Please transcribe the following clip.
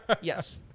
Yes